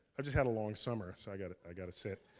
i just had a long summer, so i got i got to sit.